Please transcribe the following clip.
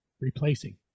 Replacing